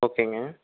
ஓகேங்க